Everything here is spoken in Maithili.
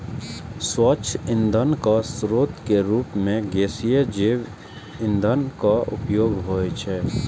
स्वच्छ ईंधनक स्रोत के रूप मे गैसीय जैव ईंधनक उपयोग होइ छै